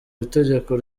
itegeko